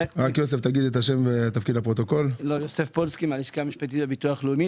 יוסף פולסקי מהלשכה המשפטית בביטוח הלאומי.